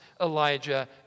Elijah